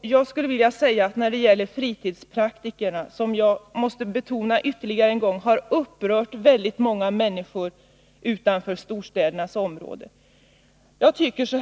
Jag skulle vilja säga några ord när det gäller fritidspraktikerna, som — jag måste betona det än en gång — har upprört många människor utanför storstädernas områden.